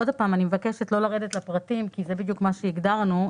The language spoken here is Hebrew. שוב מבקשת לא לרדת לפרטים כי זה בדיוק מה שהגדרנו.